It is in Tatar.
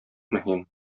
мөһим